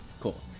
Cool